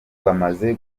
bamaze